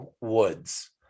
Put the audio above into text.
Woods